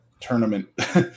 tournament